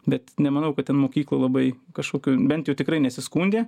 bet nemanau kad ten mokykloj labai kažkokių bent jau tikrai nesiskundė